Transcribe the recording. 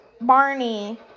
Barney